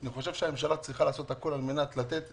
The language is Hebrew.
אני חושב שהממשלה צריכה לעשות הכול על מנת לתת